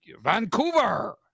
Vancouver